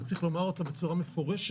אבל צריך לומר אותה בצורה מפורשת,